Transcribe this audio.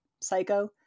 Psycho